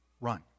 run